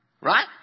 Right